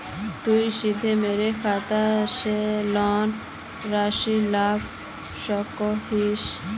तुई सीधे मोर खाता से लोन राशि लुबा सकोहिस?